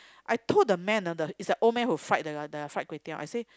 I told the man ah the it's an old man who fried the the fried kway-teow I say